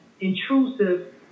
intrusive